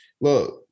look